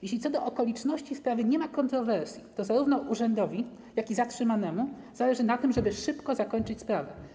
Jeśli co do okoliczności sprawy nie ma kontrowersji, to zarówno urzędowi, jak i zatrzymanemu zależy na tym, żeby szybko zakończyć sprawę.